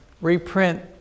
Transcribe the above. reprint